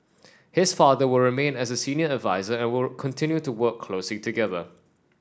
his father will remain as a senior adviser and will continue to work closely together